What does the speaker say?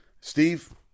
Steve